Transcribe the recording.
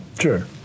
Sure